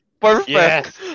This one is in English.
Perfect